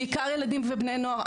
בעיקר ילדים ובני נוער,